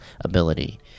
ability